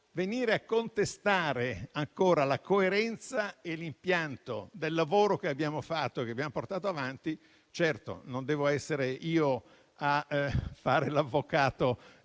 venire a contestare ancora la coerenza e l'impianto del lavoro che abbiamo fatto, che abbiamo portato avanti. Certo, non devo essere io a fare l'avvocato